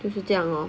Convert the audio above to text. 就是这样 lor